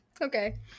Okay